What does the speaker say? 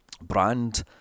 Brand